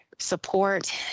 support